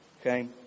Okay